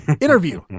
interview